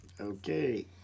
okay